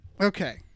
okay